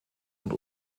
und